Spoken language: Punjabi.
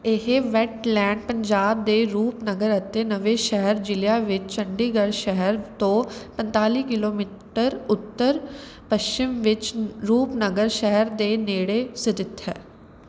ਇਹ ਵੈੱਟਲੈਂਡ ਪੰਜਾਬ ਦੇ ਰੂਪਨਗਰ ਅਤੇ ਨਵਾਂ ਸ਼ਹਿਰ ਜ਼ਿਲ੍ਹਿਆਂ ਵਿੱਚ ਚੰਡੀਗੜ੍ਹ ਸ਼ਹਿਰ ਤੋਂ ਪੰਤਾਲੀ ਕਿਲੋਮੀਟਰ ਉੱਤਰ ਪੱਛਮ ਵਿੱਚ ਰੂਪਨਗਰ ਸ਼ਹਿਰ ਦੇ ਨੇੜੇ ਸਥਿਤ ਹੈ